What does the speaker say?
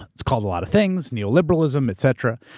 it's called a lot of things, neo-liberalism, etc,